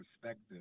perspective